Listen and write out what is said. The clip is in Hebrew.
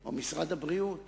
או משרד הבריאות